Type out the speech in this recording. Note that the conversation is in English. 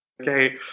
Okay